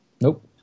Nope